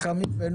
מבין